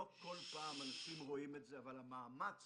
לא כל פעם אנשים רואים את זה, אבל המאמץ